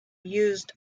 used